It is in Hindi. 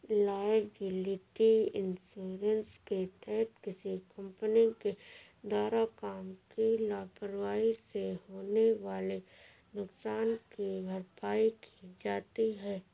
लायबिलिटी इंश्योरेंस के तहत किसी कंपनी के द्वारा काम की लापरवाही से होने वाले नुकसान की भरपाई की जाती है